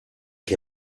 che